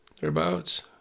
Thereabouts